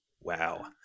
Wow